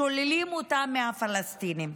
שוללים אותה מהפלסטינים.